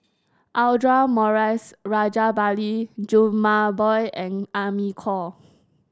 Audra Morrice Rajabali Jumabhoy and Amy Khor